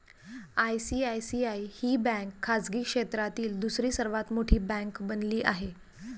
ICICI ही bank खाजगी क्षेत्रातील दुसरी सर्वात मोठी बँक बनली आहे